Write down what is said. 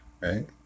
Right